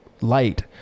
light